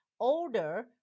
older